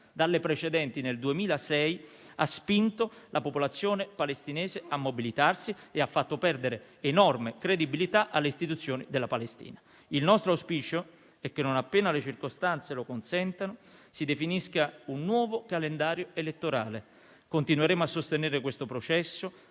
dalle precedenti elezioni nel 2006, ha spinto la popolazione palestinese a mobilitarsi e ha fatto perdere enorme credibilità alle istituzioni della Palestina. Il nostro auspicio è che, non appena le circostanze lo consentano, si definisca un nuovo calendario elettorale e continueremo a sostenere questo processo